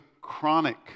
chronic